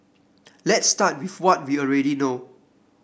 let's start with what we already know